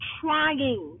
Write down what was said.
trying